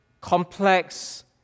complex